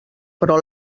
però